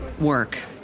work